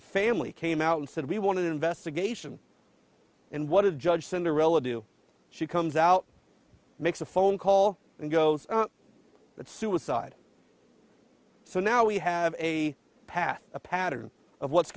family came out and said we wanted an investigation and what a judge cinderella do she comes out makes a phone call and goes on that suicide so now we have a path a pattern of what's